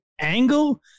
angle